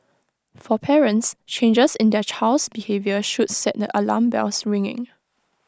for parents changes in their child's behaviour should set the alarm bells ringing